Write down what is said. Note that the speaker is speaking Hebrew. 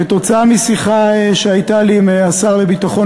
כתוצאה משיחה שהייתה לי עם השר לביטחון